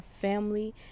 family